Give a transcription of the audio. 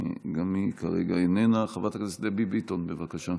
גם היא כרגע איננה, חברת הכנסת דבי ביטון, בבקשה.